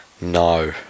No